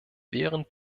während